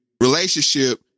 relationship